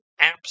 apps